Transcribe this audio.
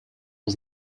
was